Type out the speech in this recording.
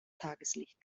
tageslicht